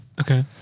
Okay